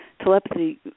telepathy